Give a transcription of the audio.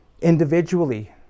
Individually